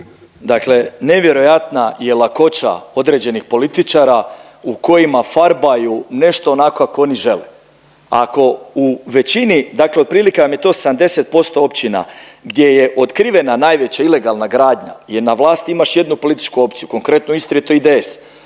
Dakle nevjerojatna je lakoća određenih političara u kojima farbaju nešto onako kako oni žele. Ako u većini, dakle otprilike vam je to 70% općina gdje je otkrivena najveća ilegalna gradnja jer na vlasti imaš jednu političku opciju, konkretno u Istri je to IDS,